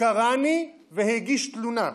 דקרני והגיש תלונה.